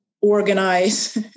organize